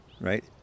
right